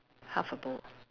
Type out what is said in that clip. half a bowl